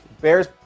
Bears